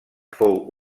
fou